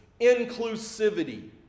inclusivity